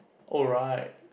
oh right